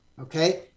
Okay